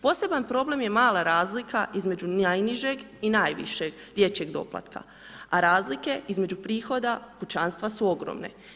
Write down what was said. Poseban problem je mala razlika između najnižeg i najvišeg dječjeg doplatka, a razlike između prihoda kućanstva su ogromne.